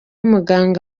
muganga